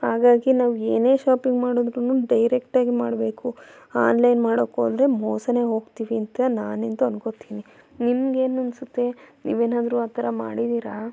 ಹಾಗಾಗಿ ನಾವು ಏನೇ ಶಾಪಿಂಗ್ ಮಾಡಿದ್ರೂ ಡೈರೆಕ್ಟಾಗಿ ಮಾಡಬೇಕು ಆನ್ಲೈನ್ ಮಾಡೋಕ್ಕೋದ್ರೆ ಮೋಸವೇ ಹೋಗ್ತೀವಿ ಅಂತ ನಾನಂತೂ ಅಂದ್ಕೊಳ್ತೀನಿ ನಿಮ್ಗೇನು ಅನ್ನಿಸುತ್ತೆ ನೀವೇನಾದ್ರೂ ಆ ಥರ ಮಾಡಿದ್ದೀರಾ